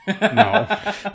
No